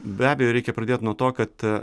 be abejo reikia pradėt nuo to kad